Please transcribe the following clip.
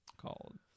called